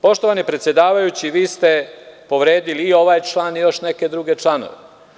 Poštovani predsedavajući, vi ste povredili i ovaj član i još neke druge članove.